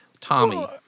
Tommy